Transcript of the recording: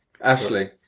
Ashley